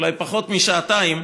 אולי פחות משעתיים,